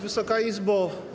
Wysoka Izbo!